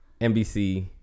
NBC